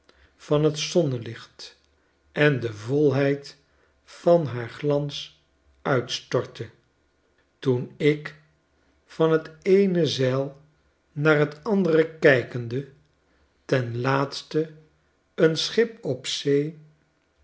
van t zonnelicht en de volheid vanhaarglans uitstortte toen ik van t eene zeil naar t andere kijkende ten laatste een schip op zee